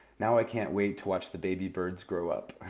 now i can't wait to watch the baby birds grow up!